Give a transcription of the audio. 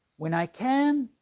when i can,